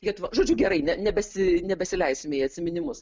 lietuvą žodžiu gerai ne nebesi nebesileism į atsiminimus